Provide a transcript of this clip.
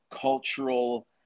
cultural